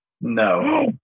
no